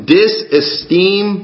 disesteem